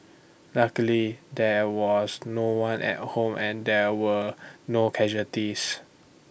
luckily there was no one at home and there were no casualties